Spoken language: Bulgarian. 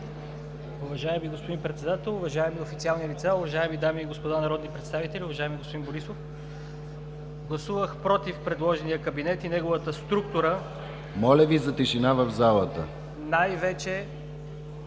Моля Ви за тишина в залата.